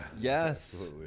Yes